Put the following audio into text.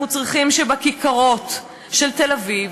אנחנו צריכים שבכיכרות של תל-אביב,